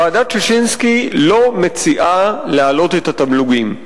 ועדת-ששינסקי לא מציעה להעלות את התמלוגים.